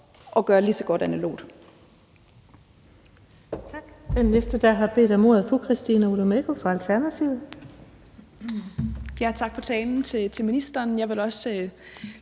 at gøre lige så godt analogt.